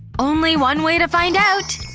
only one way to find out.